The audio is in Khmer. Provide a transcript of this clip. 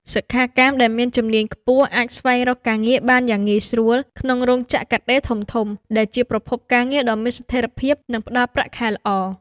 សិក្ខាកាមដែលមានជំនាញខ្ពស់អាចស្វែងរកការងារបានយ៉ាងងាយស្រួលក្នុងរោងចក្រកាត់ដេរធំៗ ដែលជាប្រភពការងារដ៏មានស្ថិរភាព និងផ្តល់ប្រាក់ខែល្អ។